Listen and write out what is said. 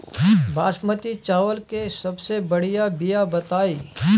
बासमती चावल के सबसे बढ़िया बिया बताई?